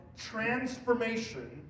transformation